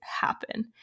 happen